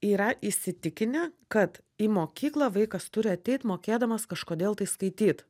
yra įsitikinę kad į mokyklą vaikas turi ateit mokėdamas kažkodėl tai skaityt